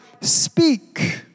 speak